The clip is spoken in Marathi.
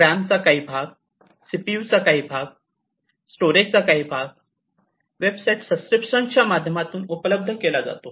रॅमचा काही भाग सीपीयूचा काही भाग स्टोरेजचा काही भाग वेबसाईट सबस्क्रीप्शनच्या माध्यमातून उपलब्ध केला जातो